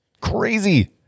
crazy